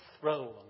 throne